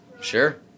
Sure